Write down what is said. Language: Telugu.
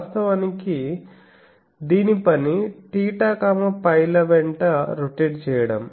వాస్తవానికి దీని పని θ φ ల వెంట రొటేట్ చేయడం